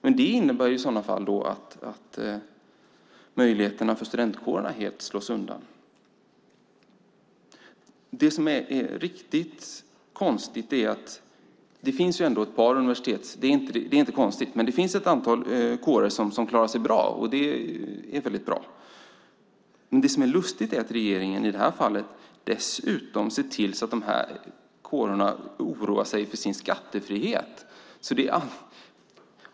Men det innebär ju i sådana fall att möjligheterna för studentkårerna helt slås undan. Det finns ett antal kårer som klarar sig bra, och det är väldigt bra. Men det som är lustigt är att regeringen i det här fallet dessutom ser till att de här kårerna oroar sig för sin skattefrihet.